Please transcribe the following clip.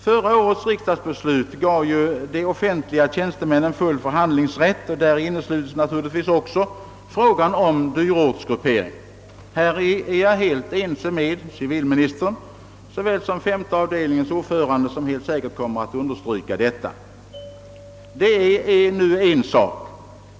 Förra årets riksdagsbeslut gav ju de offentliga tjänstemännen full förhandlingsrätt, och däri innesluts naturligtvis också frågan om dyrortsgruppering. Härvidlag är jag helt ense med civilministern liksom med femte avdelningens ordförande, vilken helt säkert kommer att understryka detta. Det är nu en sak.